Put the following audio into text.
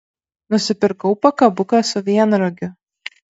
nusipirkau pakabuką su vienragiu